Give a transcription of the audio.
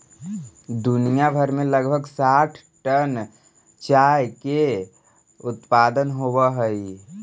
दुनिया भर में लगभग साठ लाख टन चाय के उत्पादन होब हई